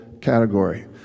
category